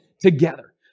together